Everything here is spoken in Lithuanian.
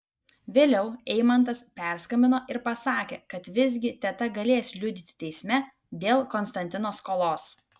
vėliau eimantas perskambino ir pasakė kad visgi teta galės liudyti teisme dėl konstantino skolos